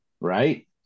right